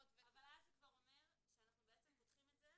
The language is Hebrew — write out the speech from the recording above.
--- אבל אז זה אומר שאנחנו פותחים את זה.